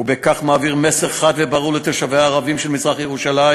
ובכך מעביר מסר חד וברור לתושביה הערבים של מזרח-ירושלים